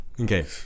Okay